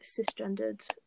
cisgendered